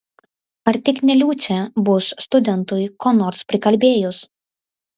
ar tik ne liucė bus studentui ko nors prikalbėjus